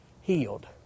healed